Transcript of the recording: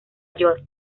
york